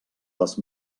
les